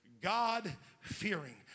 God-fearing